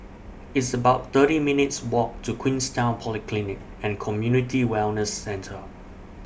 It's about thirty minutes' Walk to Queenstown Polyclinic and Community Wellness Centre